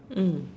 mm